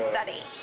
study,